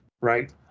Right